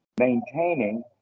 maintaining